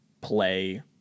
play